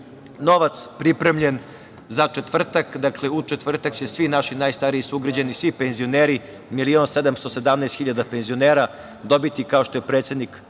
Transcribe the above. novac pripremljen za četvrtak, dakle, u četvrtak će svi naši najstariji sugrađani, svi penzioneri, milion i 717 hiljada penzionera dobiti, kao što je predsednik